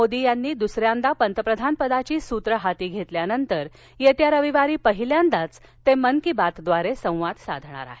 मोदी यांनी दुसऱ्यांदा पंतप्रधानपदाची सूत हाती घेतल्यानंतर येत्या रविवारी पहिल्यांदाच ते मन की बातद्वारे संवाद साधणार आहेत